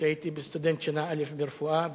כשהייתי סטודנט שנה א' ברפואה,